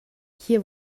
hier